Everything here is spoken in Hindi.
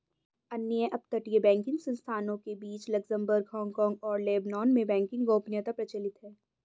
अन्य अपतटीय बैंकिंग संस्थानों के बीच लक्ज़मबर्ग, हांगकांग और लेबनान में बैंकिंग गोपनीयता प्रचलित है